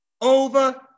over